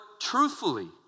truthfully